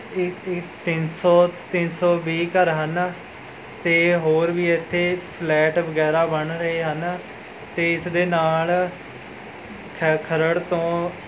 ਇੱਕ ਇੱਕ ਤਿੰਨ ਸੌ ਤਿੰਨ ਸੌ ਵੀਹ ਘਰ ਹਨ ਅਤੇ ਹੋਰ ਵੀ ਇੱਥੇ ਫਲੈਟ ਵਗੈਰਾ ਬਣ ਰਹੇ ਹਨ ਅਤੇ ਇਸ ਦੇ ਨਾਲ ਖਰੜ ਤੋਂ